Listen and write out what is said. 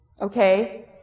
okay